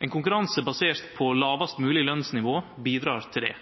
Ein konkurranse basert på lågast mogleg lønsnivå bidreg til det.